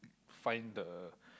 find the